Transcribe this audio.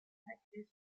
factors